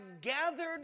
gathered